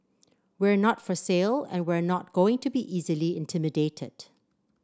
we're not for sale and we're not going to be easily intimidated